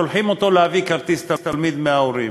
שולחים אותו להביא כרטיס תלמיד מההורים.